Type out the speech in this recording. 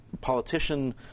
politician-